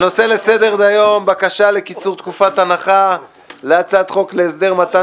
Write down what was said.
הנושא לסדר-היום: בקשה לקיצור תקופת הנחה להצעת חוק להסדר מתן